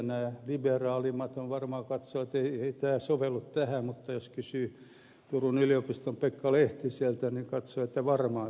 nämä liberaalimmat varmaan katsovat että ei tämä sovellu tähän mutta jos kysyy turun yliopiston pekka lehtiseltä niin hän katsoo että varmaan soveltuu tähän